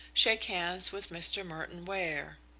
shake hands with mr. merton ware.